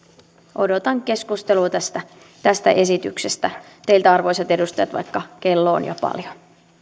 odotan keskustelua tästä tästä esityksestä teiltä arvoisat edustajat vaikka kello on jo paljon